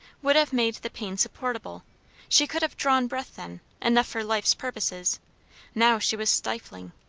would have made the pain supportable she could have drawn breath then, enough for life's purposes now she was stifling.